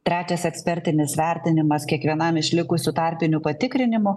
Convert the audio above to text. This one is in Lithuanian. trečias ekspertinis vertinimas kiekvienam iš likusių tarpinių patikrinimų